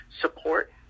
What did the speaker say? support